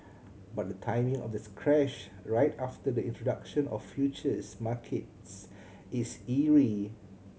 but the timing of this crash right after the introduction of futures markets is eerie